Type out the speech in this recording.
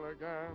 again